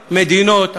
להרבה מדינות מפותחות,